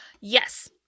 yes